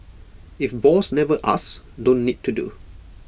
if boss never asks don't need to do